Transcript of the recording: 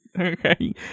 Okay